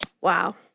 wow